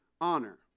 honor